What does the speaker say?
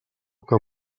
que